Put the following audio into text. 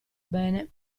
bene